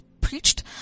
preached